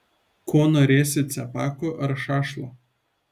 ko norėsi cepakų ar šašlo